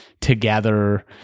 together